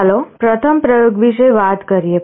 ચાલો પ્રથમ પ્રયોગ વિશે વાત કરીએ